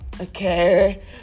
okay